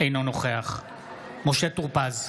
אינו נוכח משה טור פז,